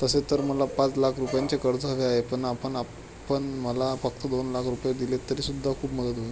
तसे तर मला पाच लाख रुपयांचे कर्ज हवे आहे, पण आपण मला फक्त दोन लाख रुपये दिलेत तरी सुद्धा खूप मदत होईल